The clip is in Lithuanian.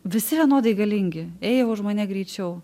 visi vienodai galingi ėjo už mane greičiau